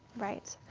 right.